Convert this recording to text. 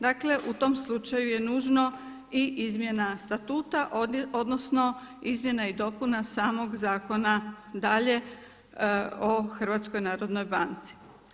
Dakle, u tom slučaju je nužno i izmjena Statuta odnosno izmjena i dopuna samog zakona dalje o Hrvatskoj narodnoj banci.